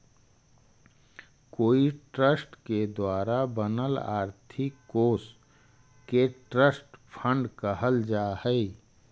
कोई ट्रस्ट के द्वारा बनल आर्थिक कोश के ट्रस्ट फंड कहल जा हई